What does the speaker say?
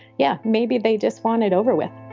yeah, maybe they just want it over with